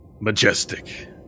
Majestic